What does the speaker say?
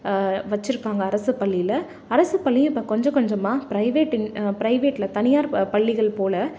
வச்சுருக்காங்க அரசு பள்ளியில் அரசு பள்ளியும் இப்போ கொஞ்ச கொஞ்சமாக ப்ரைவேட் இன் ப்ரைவேட்டில் தனியார் பள்ளிகள் போல்